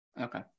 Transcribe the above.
Okay